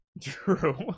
True